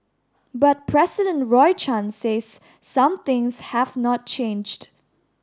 but president Roy Chan says some things have not changed